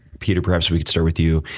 peter, perhaps we could start with you,